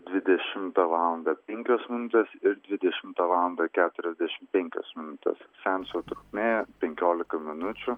dvidešimtą valandą penkios minutės ir dvidešimtą valandą keturiasdešim penkios minutės seanso trukmė penkiolika minučių